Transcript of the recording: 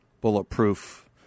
bulletproof